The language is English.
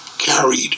carried